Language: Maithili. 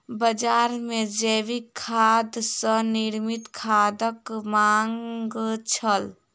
बजार मे जैविक पदार्थ सॅ निर्मित खादक मांग छल